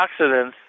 antioxidants